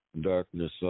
Darkness